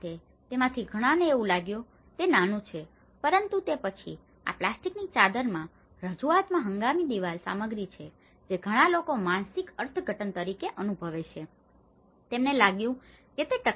તેમાંથી ઘણાને તેઓએ લાગ્યું કે તે નાનું છે પરંતુ તે પછી આ પ્લાસ્ટિકની ચાદરની રજૂઆતમાં હંગામી દિવાલ સામગ્રી છે જે ઘણા લોકો માનસિક અર્થઘટન તરીકે અનુભવે છે તેમને લાગ્યું કે તે ટકાઉ નથી